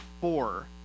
four